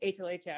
HLHS